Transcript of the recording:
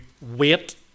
wait